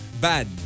Bad